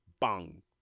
bang